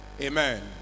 Amen